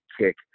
kick